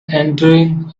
entering